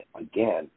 again